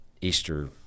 Easter